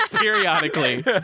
periodically